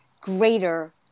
greater